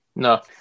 No